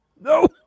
No